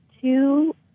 two